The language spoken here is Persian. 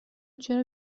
چرا